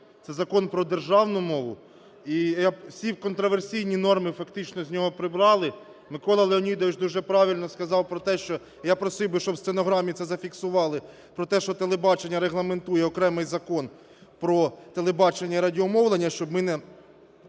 це Закон про державну мову, і всі контроверсійні норми фактично з нього прибрали. Микола Леонідович дуже правильно сказав про те, що (я просив би, щоб в стенограмі це зафіксували) про те, що телебачення регламентує окремий Закон про телебачення і радіомовлення, щоб ми не